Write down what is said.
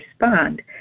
respond